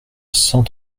cent